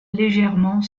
légèrement